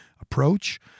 approach